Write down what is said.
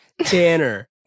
tanner